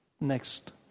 next